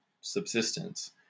subsistence